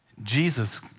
Jesus